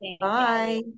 Bye